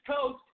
Coast